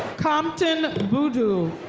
compton boodhoo.